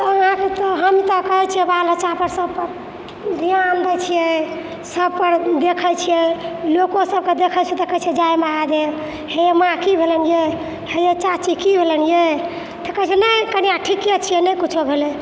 तऽ हम तऽ करै छियै बाल बच्चा पर सभ पर ध्यान दै छियै सभ पर देखै छियै लोको सभके देखै छियै तऽ कहै छियै जय महादेव हे माँ कि भेलनि ये हे चाची कि भेलनि ये तऽ कहै छै नहि कनिआ ठीके छियै नहि किछौ भेलै